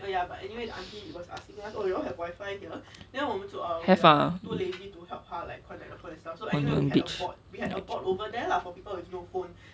have ah !wah! bitch